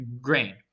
grain